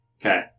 Okay